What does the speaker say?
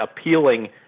appealing